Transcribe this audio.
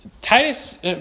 Titus